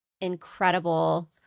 incredible